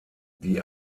die